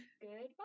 goodbye